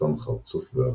בחפשם אחר צוף ואבקה.